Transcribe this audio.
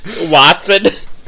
Watson